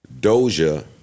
Doja